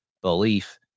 belief